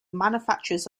manufacturers